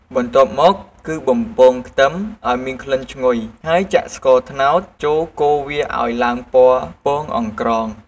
បន្ទាប់មកគឺ បំពងខ្ទឹម ឱ្យមានក្លិនឈ្ងុយហើយ ចាក់ស្ករត្នោតចូលកូរវាឱ្យឡើងពណ៌ពងអង្ក្រង ។